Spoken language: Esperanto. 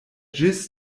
ĝis